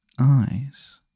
eyes